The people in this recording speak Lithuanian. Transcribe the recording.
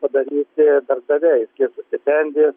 padaryti darbdaviai skirtų stipendijas